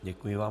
Děkuji vám.